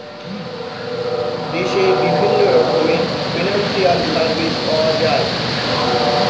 দেশে বিভিন্ন রকমের ফিনান্সিয়াল সার্ভিস পাওয়া যায়